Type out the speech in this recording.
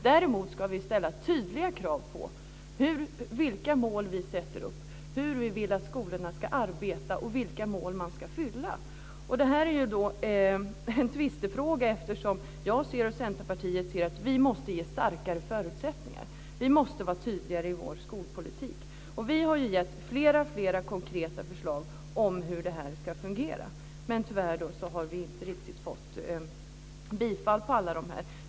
Däremot ska vi ställa tydliga krav när det gäller frågan om vilka mål vi sätter upp, hur vi vill att skolorna ska arbeta och vilka mål man ska uppfylla. Det här är en tvistefråga eftersom jag och Centerpartiet ser att vi måste ge starkare förutsättningar. Vi måste vara tydligare i vår skolpolitik. Vi har gett flera konkreta förslag på hur det här ska fungera. Men tyvärr har vi inte riktigt fått bifall på alla förslag.